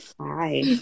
Hi